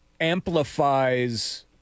amplifies